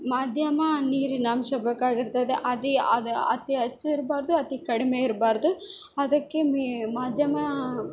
ಮದ್ಯಮ ನೀರಿನಾಂಶ ಬೇಕಾಗಿರ್ತದೆ ಅದು ಅದು ಅತೀ ಹೆಚ್ಚು ಇರ್ಬಾರದು ಅತೀ ಕಡಿಮೆ ಇರಬಾರ್ದು ಅದಕ್ಕೆ ಮೀ ಮದ್ಯಮಾ